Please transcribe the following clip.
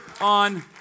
on